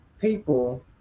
people